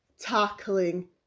tackling